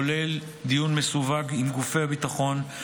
כולל דיון מסווג עם גופי ביטחון,